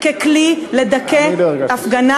כי אתם, לא אכפת לכם